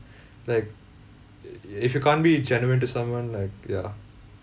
like i~ if you can't be genuine to someone like ya